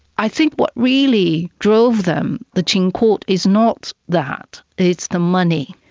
i think what really drove them, the qing court, is not that, it's the money,